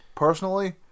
Personally